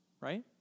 Right